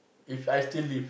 If I still live